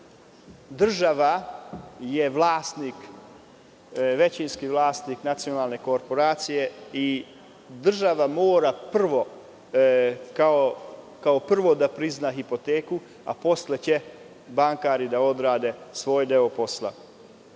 Država je većinski vlasnik Nacionalne korporacije i država mora prvo da prizna hipoteku, a posle će bankari da odrade svoj deo posla.